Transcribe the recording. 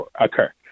occur